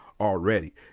already